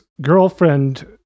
girlfriend